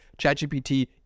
ChatGPT